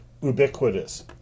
ubiquitous